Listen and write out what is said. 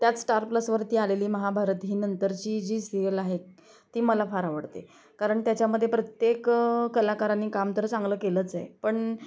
त्याच स्टार प्लसवरती आलेली महाभारत ही नंतरची जी सिरियल आहे ती मला फार आवडते कारण त्याच्यामध्ये प्रत्येक कलाकारांनी काम तर चांगलं केलंचय पण